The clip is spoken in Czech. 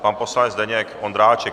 Pan poslanec Zdeněk Ondráček.